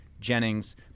Jennings